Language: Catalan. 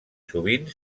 sovint